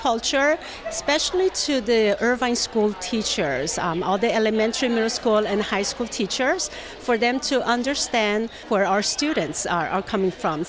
culture especially to the irvine school teachers all the elementary middle school and high school teachers for them to understand where our students are coming from